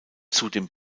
zudem